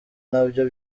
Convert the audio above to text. nabyo